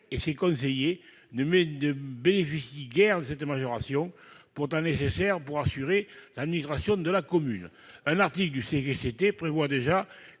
et conseillers ne bénéficient guère de cette majoration pourtant nécessaire pour assurer l'administration de la commune. Un article du code général des